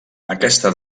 aquesta